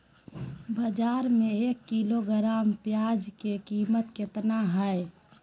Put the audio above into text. बाजार में एक किलोग्राम प्याज के कीमत कितना हाय?